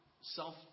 self